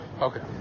Okay